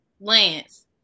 Lance